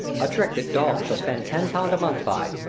a trick that dol shall spend ten pound a month by.